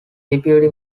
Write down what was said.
deputy